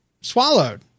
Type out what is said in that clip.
swallowed